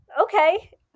okay